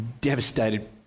devastated